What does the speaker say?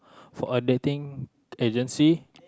for a dating agency